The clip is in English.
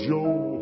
Joe